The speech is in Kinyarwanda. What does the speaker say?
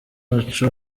wacu